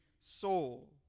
soul